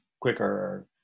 quicker